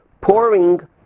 pouring